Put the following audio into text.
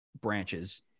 branches